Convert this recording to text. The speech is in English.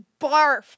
barf